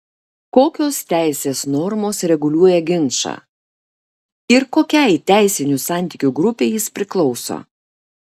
kokios teisės normos reguliuoja ginčą ir kokiai teisinių santykių grupei jis priklauso